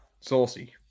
Saucy